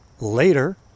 later